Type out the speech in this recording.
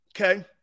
Okay